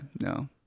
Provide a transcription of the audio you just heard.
no